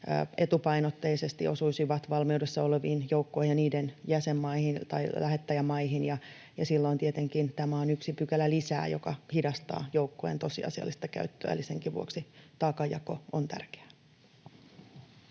etupainotteisesti osuisivat valmiudessa oleviin joukkoihin ja niiden lähettäjämaihin, ja silloin tietenkin tämä on yksi pykälä lisää, joka hidastaa joukkojen tosiasiallista käyttöä, eli senkin vuoksi taakanjako on tärkeää.